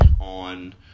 on